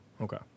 Okay